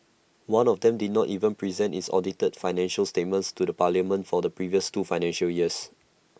one of them did not even present its audited financial statements to the parliament for the previous two financial years